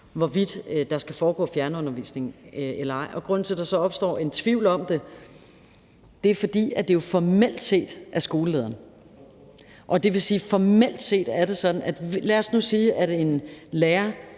hvorvidt der skal foregå fjernundervisning eller ej. Grunden til, at der så opstår en tvivl om det, er, at det jo formelt set er skolelederen. Der er jo et ledelsesrum til skolelederne, og det vil sige, at det i de